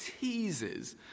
teases